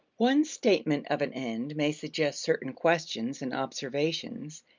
one statement of an end may suggest certain questions and observations,